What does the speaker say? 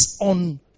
on